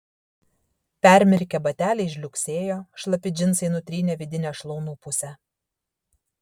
permirkę bateliai žliugsėjo šlapi džinsai nutrynė vidinę šlaunų pusę